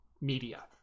media